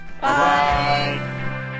Bye